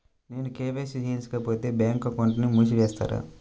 నేను కే.వై.సి చేయించుకోకపోతే బ్యాంక్ అకౌంట్ను మూసివేస్తారా?